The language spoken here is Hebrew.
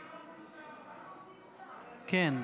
כן.